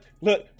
look